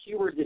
keywords